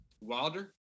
Wilder